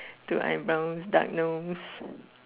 two eyebrows dark nose